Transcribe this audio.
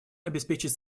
обеспечить